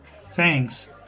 Thanks